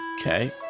Okay